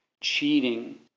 cheating